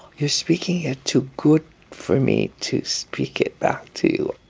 you're speaking it too good for me to speak it back to